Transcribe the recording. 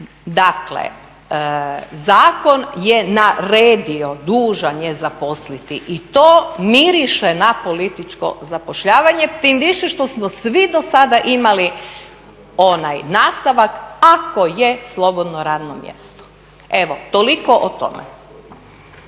Dakle zakon je naredio dužan je zaposliti i to miriše na političko zapošljavanje, tim više što smo svi do sada imali onaj nastavak ako je slobodno radno mjesto. Evo, toliko o tome.